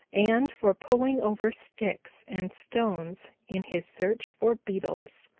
and for pulling over sticks and stones in his search for beetles.